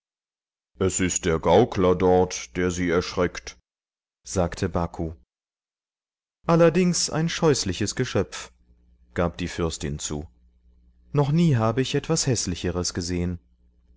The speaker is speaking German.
es ist der gaukler dort der sie erschreckt sagte baku allerdings ein scheußliches geschöpf gab die fürstin zu noch nie habe ich etwas häßlicheres gesehen